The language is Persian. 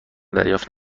دریافت